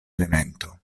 elemento